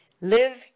Live